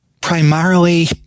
Primarily